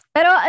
Pero